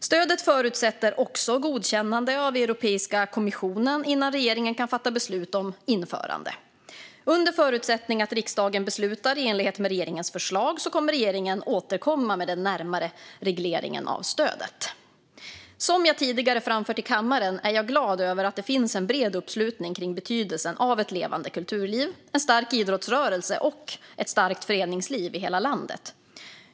Stödet förutsätter också godkännande av Europeiska kommissionen innan regeringen kan fatta beslut om införande. Under förutsättning att riksdagen beslutar i enlighet med regeringens förslag kommer regeringen att återkomma när det gäller den närmare regleringen av stödet. Som jag tidigare framfört i kammaren är jag glad över att det finns en bred uppslutning kring betydelsen av ett levande kulturliv, en stark idrottsrörelse och ett starkt föreningsliv i hela landet.